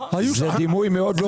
זה דימוי מאוד לא ראוי.